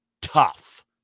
Tough